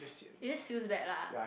it just feels bad lah